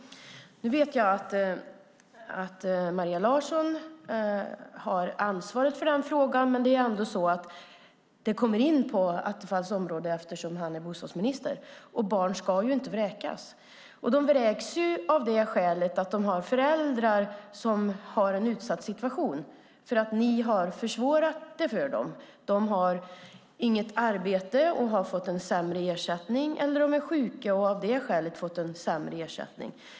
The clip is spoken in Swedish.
Jag vet att Maria Larsson har ansvaret för den frågan, men det här kommer ändå in på Attefalls ansvarsområde eftersom han är bostadsminister. Barn ska ju inte vräkas. Men barn vräks därför att deras föräldrar befinner sig i en utsatt situation på grund av att ni har försvårat det för dem. De här föräldrarna har inget arbete och har fått en sämre ersättning, eller också är de sjuka och har av det skälet fått en sämre ersättning.